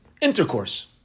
intercourse